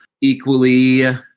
equally